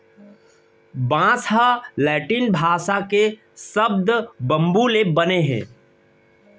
बांस ह लैटिन भासा के सब्द बंबू ले बने हे